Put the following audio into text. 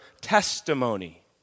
testimony